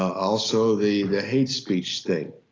also the the hate speech thing,